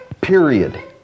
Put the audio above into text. period